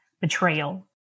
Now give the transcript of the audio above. betrayal